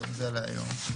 זהו, זהו להיום.